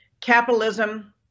capitalism